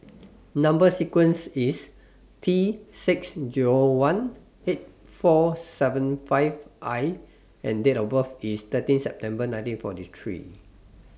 Number sequence IS T six Zero one eight four seven five I and Date of birth IS thirteen September nineteen forty three